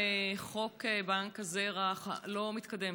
חוק בנק הזרע לא מתקדם,